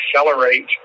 accelerate